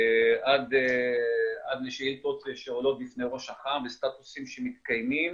עד לשאילתות שעולות בפני ראש אח"מ וסטטוסים שמתקיימים,